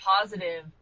positive